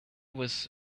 was